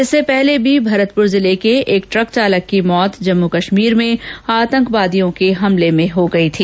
इससे पहले भी भरतपूर जिले के एक ट्रक चालक की मौत जम्मू कश्मीर में आतंकवादियों के हमले के दौरान हो गई थी